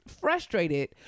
frustrated